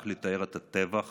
רק לתאר את הטבח